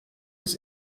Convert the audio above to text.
des